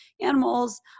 animals